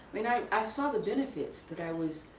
i mean i i saw the benefits that i was